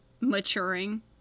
maturing